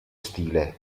stile